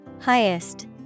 Highest